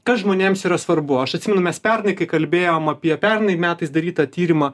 kas žmonėms yra svarbu aš atsimenu mes pernai kai kalbėjom apie pernai metais darytą tyrimą